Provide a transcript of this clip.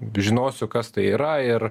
žinosiu kas tai yra ir